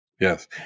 Yes